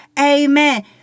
amen